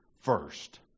first